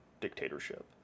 dictatorship